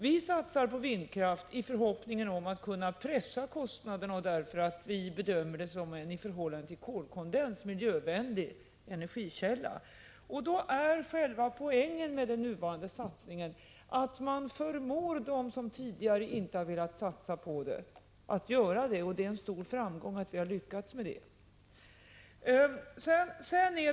Vi satsar på vindkraft i förhoppningen att kunna pressa kostnaderna, därför att vi bedömer den som en i förhållande till kolkondens miljövänlig energikälla. Själva poängen med den nuvarande satsningen är att man förmår dem som tidigare inte har velat satsa på den att göra det, och det är en stor framgång att vi har lyckats med det.